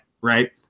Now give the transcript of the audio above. right